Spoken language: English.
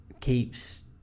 keeps